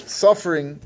suffering